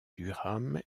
durham